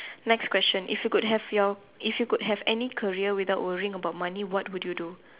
next question if you could have your if you could have any career without worrying about money what would you do